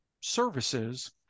services